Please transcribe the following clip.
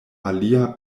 alia